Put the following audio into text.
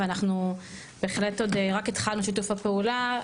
ואנחנו בהחלט עוד רק התחלנו את שיתוף הפעולה.